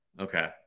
okay